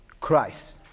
Christ